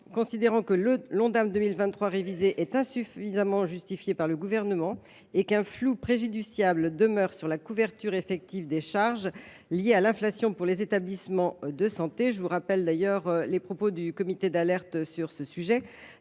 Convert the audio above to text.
considérant que l’Ondam 2023 révisé est insuffisamment justifié par le Gouvernement et qu’un flou préjudiciable demeure sur la couverture effective des charges liées à l’inflation pour les établissements de santé – les propos du comité d’alerte sur ce sujet